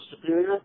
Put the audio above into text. Superior